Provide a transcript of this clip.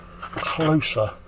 closer